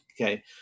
okay